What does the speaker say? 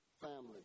family